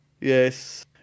yes